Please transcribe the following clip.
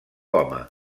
home